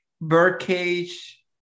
Birdcage